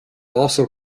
also